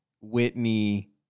Whitney